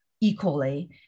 equally